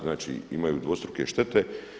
Znači imaju dvostruke štete.